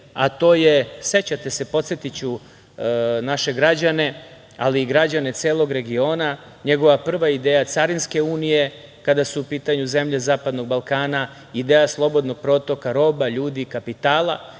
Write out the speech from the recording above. bio premijer, podsetiću naše građane, ali i građane celog regiona, njegova prva ideja carinske unije kada su u pitanju zemlje zapadnog Balkana, ideja slobodnog protoka roba, ljudi, kapitala,